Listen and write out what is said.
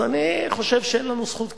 אז אני חושב שאין לנו זכות קיום,